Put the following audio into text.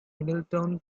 middletown